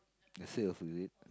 your sales is it